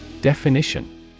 Definition